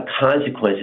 consequences